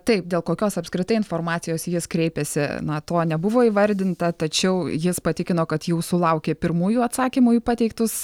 taip dėl kokios apskritai informacijos jis kreipėsi na to nebuvo įvardinta tačiau jis patikino kad jau sulaukė pirmųjų atsakymų į pateiktus